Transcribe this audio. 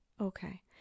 okay